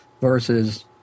versus